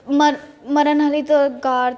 ਮ ਮਰਨ ਵਾਲੀ ਕਗਾਰ